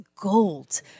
gold